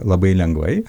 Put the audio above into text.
labai lengvai